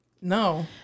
no